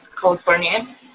California